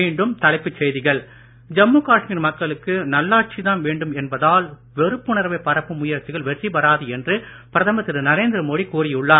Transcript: மீண்டும் தலைப்புச் செய்திகள் ஜம்மு காஷ்மீர் மக்களுக்கு நல்லாட்சிதான் வேண்டும் என்பதால் வெறுப்புணர்வை பரப்பும் முயற்சிகள் வெற்றி பெறாது என்று பிரதமர் திரு நரேந்திர மோடி கூறியுள்ளார்